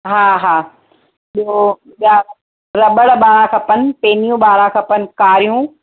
हा हा हा ॿियो ॿया रॿड़ ॿारहं खपनि पैनियूं ॿारहं खपनि कारियूं